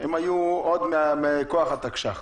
הן היו עוד מכוח התקש"ח.